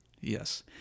Yes